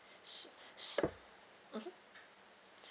s~ s~ mmhmm